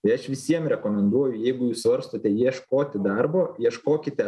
tai aš visiems rekomenduoju jeigu jūs svarstote ieškoti darbo ieškokite